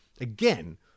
again